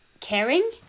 caring